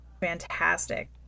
fantastic